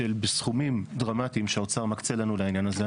בסכומים דרמטיים שהאוצר מקצה לנו לעניין הזה.